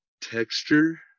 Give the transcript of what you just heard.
texture